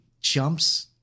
jumps